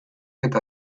eta